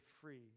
free